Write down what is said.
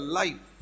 life